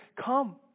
Come